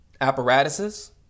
apparatuses